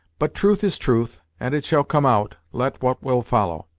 but truth is truth, and it shall come out, let what will follow.